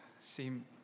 seem